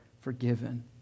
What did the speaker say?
forgiven